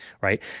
right